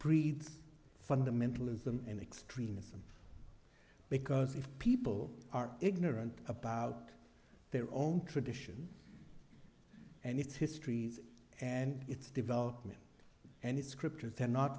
breeds fundamentalism and extremism because if people are ignorant about their own traditions and its histories and its development and its scriptures they're not